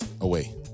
away